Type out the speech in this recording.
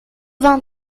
vingt